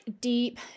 deep